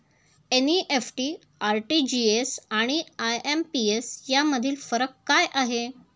NEFT, RTGS आणि IMPS यामधील फरक काय आहे?